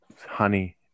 honey